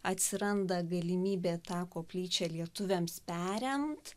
atsiranda galimybė tą koplyčią lietuviams perimt